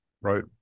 right